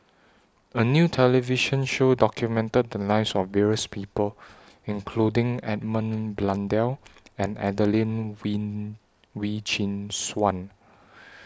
A New television Show documented The Lives of various People including Edmund Blundell and Adelene Wee Chin Suan